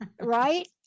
right